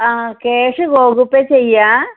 ആ cash Google Pay ചെയ്യാം